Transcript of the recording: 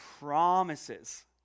promises